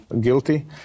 guilty